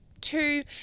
two